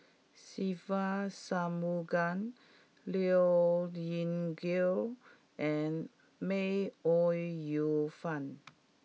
Se Ve Shanmugam Liao Yingru and May Ooi Yu Fen